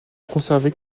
conservait